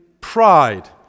pride